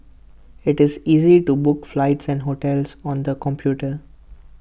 IT is easy to book flights and hotels on the computer